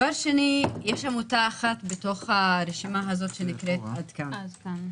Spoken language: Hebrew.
שנית, יש עמותה אחת ברשימה הזאת שנקראת עד כאן.